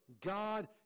God